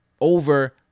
over